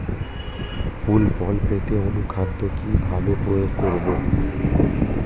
ফুল ফল পেতে অনুখাদ্য কিভাবে প্রয়োগ করব?